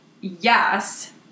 Yes